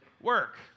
work